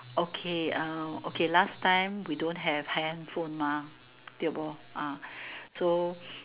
okay uh okay last time we don't have handphone mah tio bo uh so